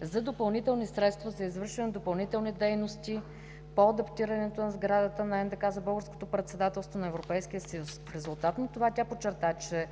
за допълнителни средства за извършването на допълнителни дейности по адаптирането на сградата на НДК за българското председателство на Европейския съюз. В резултат на това, тя подчерта, че